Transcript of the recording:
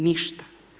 Ništa.